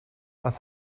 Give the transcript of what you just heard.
was